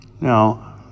Now